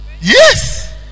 Yes